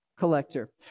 collector